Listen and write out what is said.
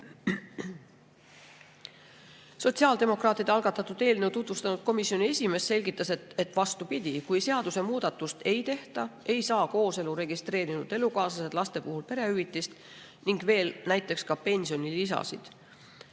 Sotsiaaldemokraatide algatatud eelnõu tutvustanud komisjoni esimees selgitas, et vastupidi, kui seadusemuudatust ei tehta, ei saa kooselu registreerinud elukaaslased laste puhul perehüvitist ega näiteks ka pensionilisasid.